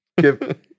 give